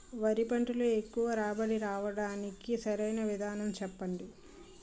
వరి పంటలో ఎక్కువ రాబడి రావటానికి సరైన విధానం చెప్పండి?